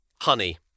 honey